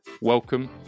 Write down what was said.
Welcome